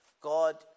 God